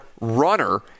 runner